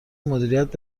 مدیریت